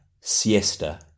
siesta